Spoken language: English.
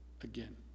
again